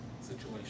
situation